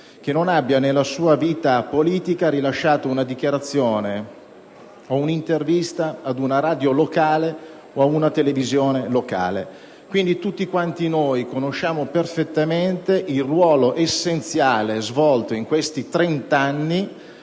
che nella sua vita politica non abbia rilasciato una dichiarazione o un'intervista a una radio o a una televisione locale. Quindi tutti quanti noi conosciamo perfettamente il ruolo essenziale svolto in questi trent'anni